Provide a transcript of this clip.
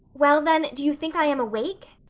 well then, do you think i am awake?